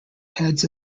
heads